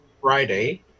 Friday